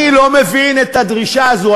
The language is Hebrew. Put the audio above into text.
אני לא מבין את הדרישה הזאת.